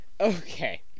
Okay